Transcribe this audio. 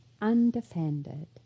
undefended